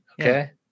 Okay